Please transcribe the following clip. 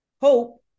hope